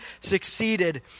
succeeded